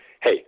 hey